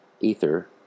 ether